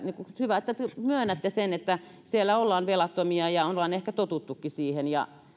hyvä että te myönnätte sen että siellä ollaan velattomia ja ollaan ehkä totuttukin siihen